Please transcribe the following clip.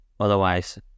Otherwise